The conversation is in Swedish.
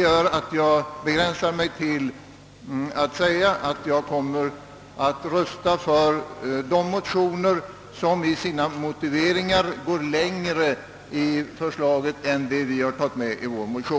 gör att jag begränsar mig till att säga att jag kommer att rösta för de motioner som i sina motiveringar går längre än vad vi har gjort i vår motion.